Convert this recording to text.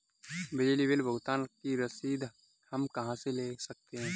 बिजली बिल भुगतान की रसीद हम कहां से ले सकते हैं?